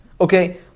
okay